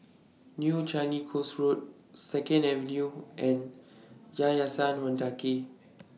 New Changi Coast Road Second Avenue and Yayasan Mendaki